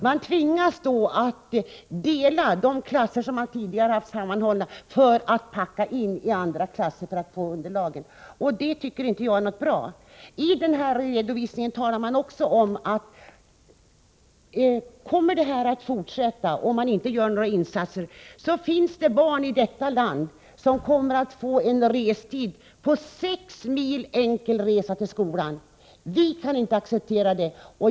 Man tvingas att dela de klasser som tidigare varit sammanhållna och ”packa” in dem i andra klasser för att få underlaget. Jag tycker inte att det är bra. I den nämnda redovisningen talar man också om att om inte några insatser görs, kommer det att finnas barn i detta land som får en enkelresa på 6 mil till skolan. Vi kan inte acceptera det.